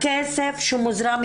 הכסף שמוזרם,